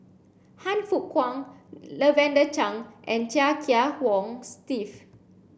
Han Fook Kwang Lavender Chang and Chia Kiah Hong Steve